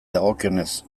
dagokionez